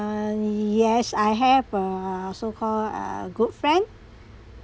yes I have uh so call a good friend